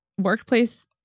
workplace